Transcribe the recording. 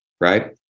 right